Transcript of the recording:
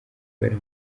kubera